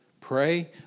pray